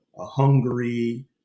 Hungary